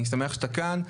אני שמח שאתה כאן,